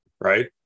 Right